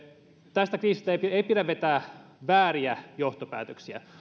tästä kriisistä ei pidä vetää vääriä johtopäätöksiä